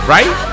Right